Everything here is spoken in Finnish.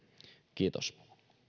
kiitos